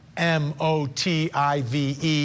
motive